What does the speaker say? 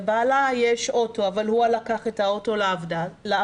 לבעלה יש אוטו אבל הוא לקח את האוטו לעבודה,